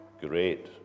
Great